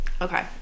okay